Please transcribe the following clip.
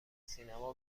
سینما